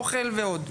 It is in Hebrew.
אוכל ועוד.